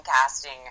casting